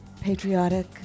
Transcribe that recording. patriotic